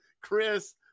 Chris